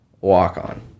walk-on